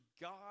God